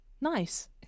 Nice